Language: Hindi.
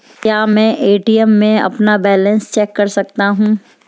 क्या मैं ए.टी.एम में अपना बैलेंस चेक कर सकता हूँ?